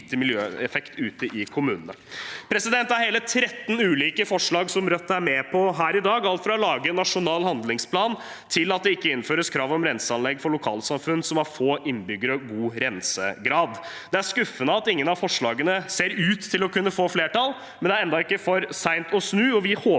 Det er skuffende at ingen av forslagene ser ut til å kunne få flertall, men det er enda ikke for sent å snu,